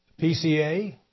PCA